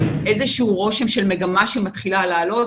איזה שהוא רושם של מגמה שמתחילה לעלות.